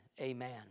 amen